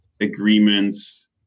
agreements